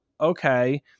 okay